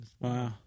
wow